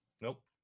Nope